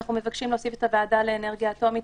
אנחנו מבקשים להוסיף את הוועדה לאנרגיה אטומית,